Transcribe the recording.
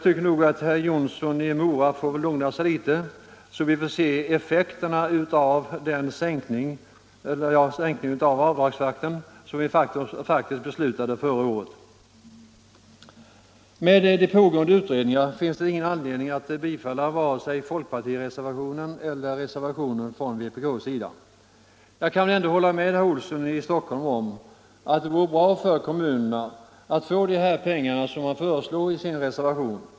Herr Jonsson i Mora får väl lugna sig litet så att vi får se effekterna av den sänkning av avdragsfaktorn som vi faktiskt beslutade förra året. Med pågående utredningar finns det ingen anledning att bifalla vare sig folkpartireservationen eller reservationen från vpk. Jag kan väl ändå hålla med herr Olsson i Stockholm om att det vore bra för kommunerna att få de pengar han föreslår i sin reservation.